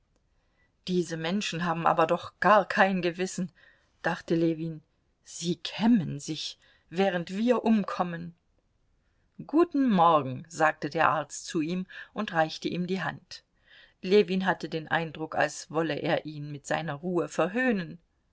diese menschen haben aber doch gar kein gewissen dachte ljewin sie kämmen sich während wir umkommen guten morgen sagte der arzt zu ihm und reichte ihm die hand ljewin hatte den eindruck als wolle er ihn mit seiner ruhe verhöhnen